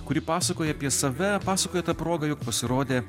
kuri pasakoja apie save pasakoja ta proga jog pasirodė